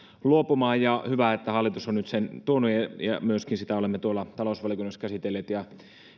luopumaan hyvä että hallitus on nyt sen tuonut ja myöskin sitä olemme tuolla talousvaliokunnassa käsitelleet ja